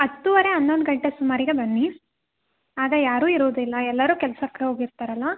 ಹತ್ತೂವರೆ ಹನ್ನೊಂದು ಗಂಟೆ ಸುಮಾರಿಗೆ ಬನ್ನಿ ಆಗ ಯಾರೂ ಇರುವುದಿಲ್ಲ ಎಲ್ಲರೂ ಕೆಲ್ಸಕ್ಕೆ ಹೋಗಿರ್ತಾರಲ್ಲ